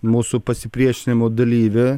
mūsų pasipriešinimo dalyvį